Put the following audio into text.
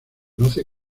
conoce